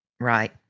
Right